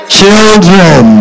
children